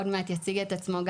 עוד מעט יציג את עצמו,